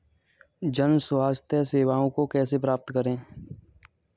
जन स्वास्थ्य सेवाओं को कैसे प्राप्त करें?